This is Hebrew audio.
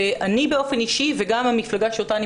אני באופן אישי וגם המפלגה שאותה אני